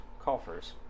coffers